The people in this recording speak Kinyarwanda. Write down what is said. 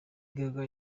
gaga